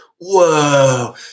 whoa